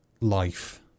life